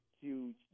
huge